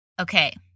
okay